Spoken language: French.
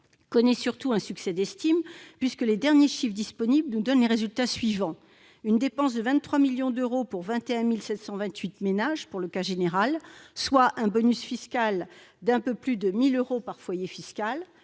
connaît surtout un succès d'estime, puisque les derniers chiffres disponibles nous donnent les résultats suivants : une dépense de 23 millions d'euros pour 21 728 ménages dans le cas général, soit un bonus fiscal d'un peu plus de 1 000 euros par foyer fiscal